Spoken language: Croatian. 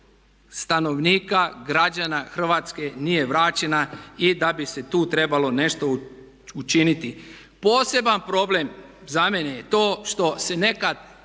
stanovnika, građana Hrvatske nije vraćena i da bi se tu trebalo nešto učiniti. Poseban problem za mene je to što se nekad